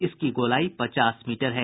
इसकी गोलाई पचास मीटर है